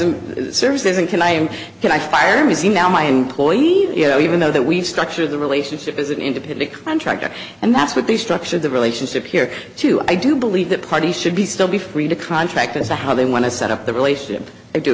and services and can i can i fire easy now my employee you know even though that we've structured the relationship as an independent contractor and that's what the structure of the relationship here too i do believe that parties should be still be free to contract as to how they want to set up the relationship i do